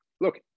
look